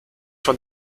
von